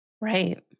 Right